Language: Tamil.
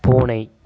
பூனை